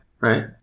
right